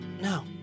no